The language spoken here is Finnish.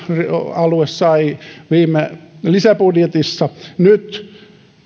alue sai viime lisäbudjetissa nyt